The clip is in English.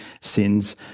sin's